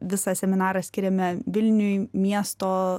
visą seminarą skiriame vilniui miesto